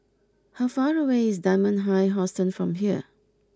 how far away is Dunman High Hostel from here